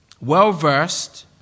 well-versed